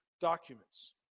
documents